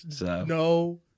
No